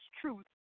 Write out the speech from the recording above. truth